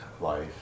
life